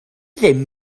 ddim